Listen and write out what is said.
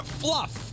fluff